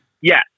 Yes